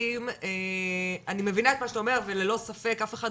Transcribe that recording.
אני מבינה את מה שאתה אומר וללא ספק אף אחד